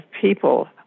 people